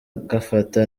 ugafata